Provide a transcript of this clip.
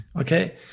okay